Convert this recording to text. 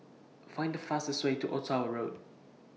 Find fastest Way to Ottawa Road